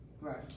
Right